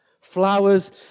Flowers